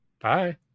Bye